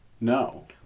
no